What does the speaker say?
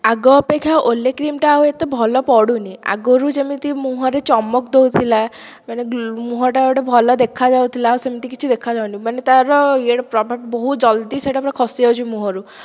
ଆଗ ଅପେକ୍ଷା ଓଲେ କ୍ରିମ୍ଟା ଆଉ ଏତେ ଭଲ ପଡ଼ୁନି ଆଗରୁ ଯେମିତି ମୁହଁରେ ଚମକ୍ ଦେଉଥିଲା ମାନେ ମୁହଁଟା ଗୋଟିଏ ଭଲ ଦେଖାଯାଉଥିଲା ଆଉ ସେମିତି କିଛି ଦେଖାଯାଉନି ମାନେ ତାର ଇଏ ପ୍ରଭାବ ବହୁତ ଜଲ୍ଦି ସେଇଟା ପୁରା ଖସି ଯାଉଛି ମୁହଁରୁ